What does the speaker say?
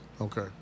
Okay